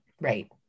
Right